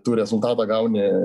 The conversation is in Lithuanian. tų rezultatą gauni